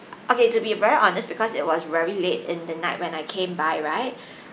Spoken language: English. okay to be very honest because it was very late in the night when I came by right